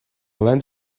lens